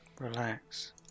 Relax